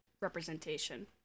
representation